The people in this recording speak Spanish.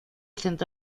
centro